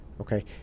Okay